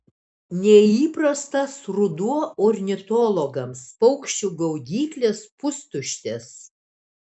neįprastas ruduo ornitologams paukščių gaudyklės pustuštės